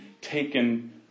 taken